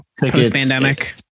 post-pandemic